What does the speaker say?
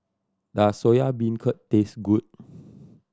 does Soya Beancurd taste good